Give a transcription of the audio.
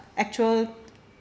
actual